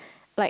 like